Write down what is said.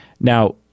Now